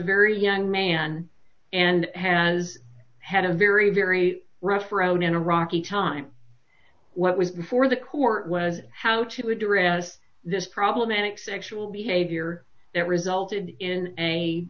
very young man and has had a very very rough road in a rocky time what was before the court was how to address this problematic sexual behavior that resulted in a